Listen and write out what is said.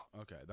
Okay